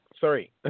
sorry